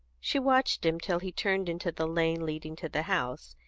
she watched him till he turned into the lane leading to the house,